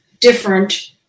different